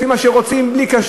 לפי מה שרוצים: בלי כשרות,